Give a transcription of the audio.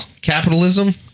capitalism